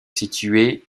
situé